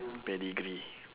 pedigree